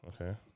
Okay